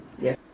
Yes